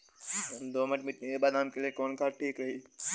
दोमट मिट्टी मे बादाम के लिए कवन खाद ठीक रही?